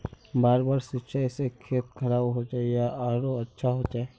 बार बार सिंचाई से खेत खराब होचे या आरोहो अच्छा होचए?